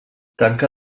tanca